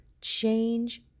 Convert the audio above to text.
change